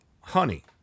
honey